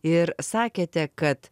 ir sakėte kad